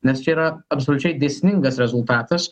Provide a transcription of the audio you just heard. nes čia yra absoliučiai dėsningas rezultatas